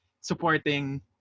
supporting